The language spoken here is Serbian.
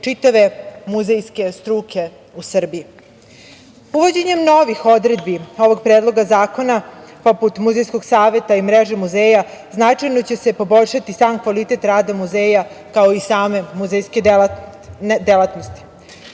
čitave muzejske struke u Srbiji. Uvođenjem novih odredi ovog predloga zakona poput Muzejskog saveta i mreže muzeja, značajno će se poboljšati sam kvalitet rada muzeja kao i same muzejske delatnosti.